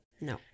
No